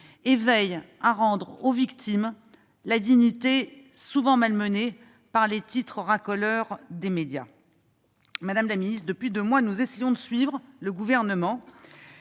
et veille à rendre aux victimes une dignité souvent mise à mal par les titres racoleurs des médias. Madame la ministre, depuis deux mois, nous essayons de suivre le Gouvernement.